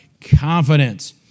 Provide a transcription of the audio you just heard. confidence